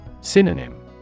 Synonym